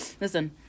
listen